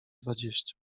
dwadzieścia